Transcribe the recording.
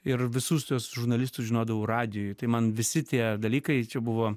ir visus tuos žurnalistus žinodavau radijuj tai man visi tie dalykai čia buvo